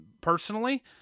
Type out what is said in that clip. personally